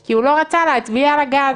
כי הוא לא רצה להצביע על הגז.